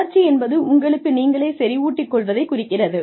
வளர்ச்சி என்பது உங்களுக்கு நீங்களே செறிவூட்டிக் கொள்வதைக் குறிக்கிறது